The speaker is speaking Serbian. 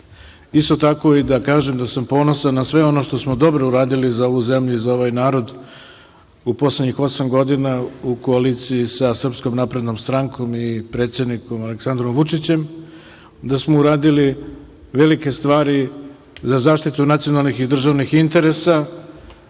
tako i da kažem da sam ponosan na sve ono što smo dobro uradili za ovu zemlju i za ovaj narod u poslednjih osam godina u koaliciji sa SNS i predsednikom Aleksandrom Vučićem, da smo uradili velike stvari za zaštitu nacionalnih i državnih interesa,